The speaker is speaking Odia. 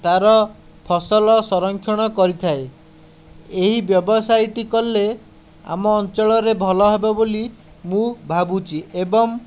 ତା'ର ଫସଲ ସରଂକ୍ଷଣ କରିଥାଏ ଏହି ବ୍ୟବସାୟଟି କଲେ ଆମ ଅଞ୍ଚଳରେ ଭଲ ହେବ ବୋଲି ମୁଁ ଭାବୁଛି ଏବଂ